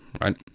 right